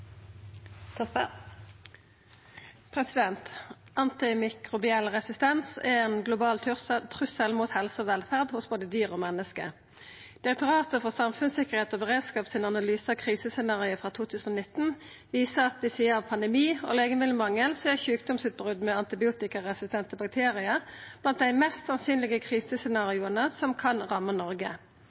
til. Antimikrobiell resistens er ein global trussel mot helse og velferd hos både dyr og menneske. Direktoratet for samfunnssikkerheit og beredskap sin analyse av krisescenario frå 2019 viser at ved sidan av pandemi og legemiddelmangel er sjukdomsutbrot med antibiotikaresistente bakteriar blant dei mest sannsynlege krisescenarioa som kan ramma Noreg.